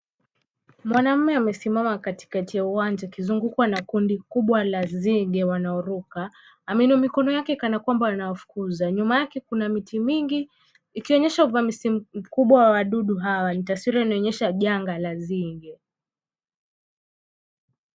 Mwanaume amesimama katikati ya uwanja akizungukwa na kundi kubwa la nzige wanaoruka. Ameinua mikono yake kana kwamba anawafukuza. Nyuma yake kuna miti mingi ikionyesha uvamizi mkubwa wa wadudu hawa. Ni taswira inaonyesha janga la nzige.